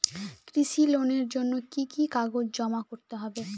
কৃষি লোনের জন্য কি কি কাগজ জমা করতে হবে?